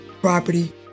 property